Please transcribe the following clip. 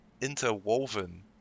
interwoven